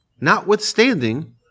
notwithstanding